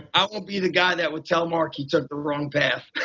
i won't be the guy that will tell mark he took the wrong path.